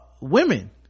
women